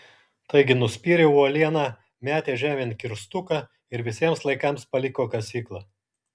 taigi nuspyrė uolieną metė žemėn kirstuką ir visiems laikams paliko kasyklą